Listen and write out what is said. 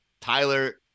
Tyler